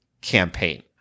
campaign